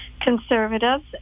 conservatives